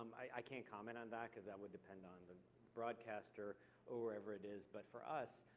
i can't comment on that, because that would depend on the broadcaster or whoever it is, but for us,